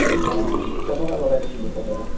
ও অ দুশ টকা লগাই দিম দুশ টকা